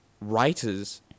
writers